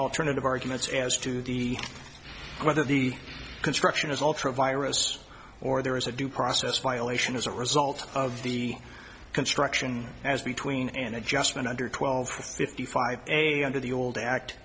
alternative arguments as to the whether the construction is ultra virus or there is a due process violation as a result of the construction as between an adjustment under twelve fifty five a under the old act